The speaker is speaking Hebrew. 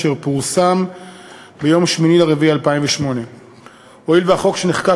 אשר פורסם ביום 8 באפריל 2008. הואיל והחוק שנחקק